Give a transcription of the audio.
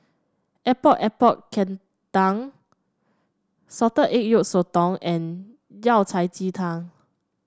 Epok Epok Kentang Salted Egg Yolk Sotong and Yao Cai Ji Tang